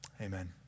Amen